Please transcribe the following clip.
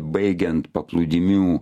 baigiant paplūdimių